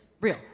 Real